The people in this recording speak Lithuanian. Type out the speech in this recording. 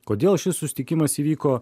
kodėl šis susitikimas įvyko